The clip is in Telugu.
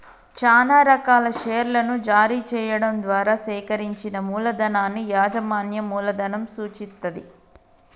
చానా రకాల షేర్లను జారీ చెయ్యడం ద్వారా సేకరించిన మూలధనాన్ని యాజమాన్య మూలధనం సూచిత్తది